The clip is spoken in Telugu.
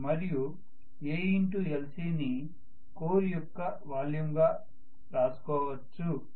మరియు Alc ని కోర్ యొక్క వాల్యూమ్ గా రాసుకోవచ్చు